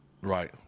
right